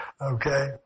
okay